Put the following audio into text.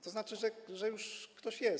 To znaczy, że już ktoś jest.